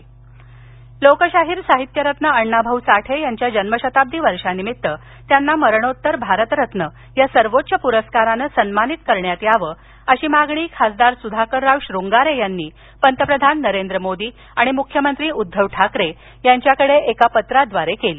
अण्णाभाऊ साठे लोकशाहीर साहित्यरत्न अण्णाभाऊ साठे यांच्या जन्मशताब्दी वर्षानिमित्त त्यांना मरणोत्तर भारतरत्न या सर्वोच्च प्रस्काराने सन्मानित करण्यात यावे अशी मागणी खासदार सुधाकरराव श्रंगारे यांनी पंतप्रधान नरेंद्र मोदी आणि मुख्यमंत्री उद्धव ठाकरे यांच्याकडे काल एका पत्राव्दारे केली